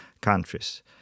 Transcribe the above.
countries